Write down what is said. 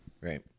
right